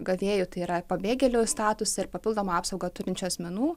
gavėjų tai yra pabėgėlio statusą ir papildomą apsaugą turinčių asmenų